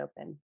open